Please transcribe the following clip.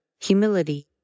humility